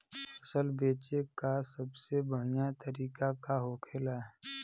फसल बेचे का सबसे बढ़ियां तरीका का होखेला?